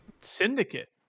Syndicate